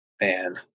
Man